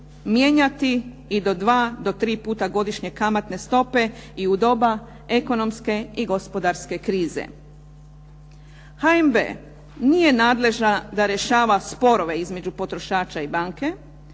mijenjati i do dva, do tri puta godišnje kamatne stope i u doba ekonomske i gospodarske krize. HNB nije nadležna da rješava sporove između potrošača i banke,